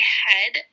head